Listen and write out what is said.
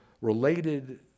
related